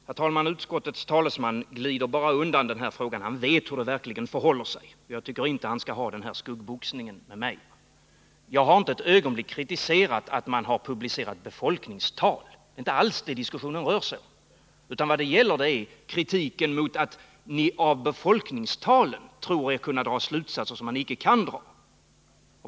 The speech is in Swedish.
Herr talman! Utskottets talesman glider bara undan i den här frågan. Han vet hur det verkligen förhåller sig. Jag tycker inte att han skall ha den här skuggboxningen med mig. Jag har inte ett ögonblick kritiserat att man har publicerat befolkningstal. Det är inte alls det diskussionen rör sig om. Vad jag har kritiserat är att ni av befolkningstalen anser er kunna dra slutsatser som man inte kan dra.